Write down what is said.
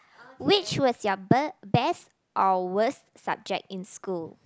which was your bird best or worst subject in school